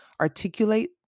articulate